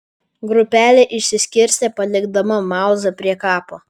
grupelė išsiskirstė palikdama mauzą prie kapo